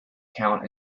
count